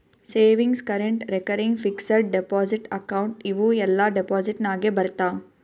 savings, current, recurring, fixed deposit account ಇವೂ ಎಲ್ಲಾ deposit ನಾಗೆ ಬರ್ತಾವ್